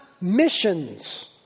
missions